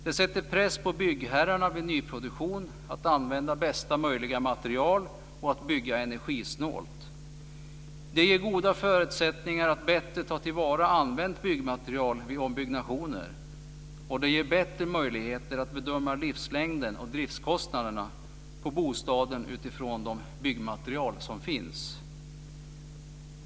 Den sätter press på byggherrarna vid nyproduktion att använda bästa möjliga material och att bygga energisnålt. Det ger goda förutsättningar att bättre ta till vara använt byggmaterial vid ombyggnationer. Det ger också bättre möjligheter att bedöma livslängden och driftskostnaderna på bostaden utifrån de byggmaterial som finns.